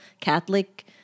Catholic